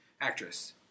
actress